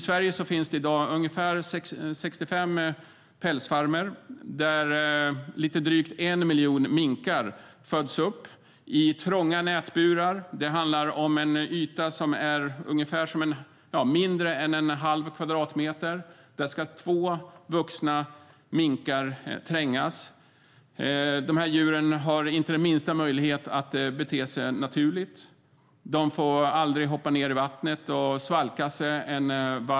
I Sverige finns det i dag ungefär 65 pälsfarmer där lite drygt 1 miljon minkar föds upp i trånga nätburar; två vuxna minkar ska trängas på en yta som är mindre än en halv kvadratmeter.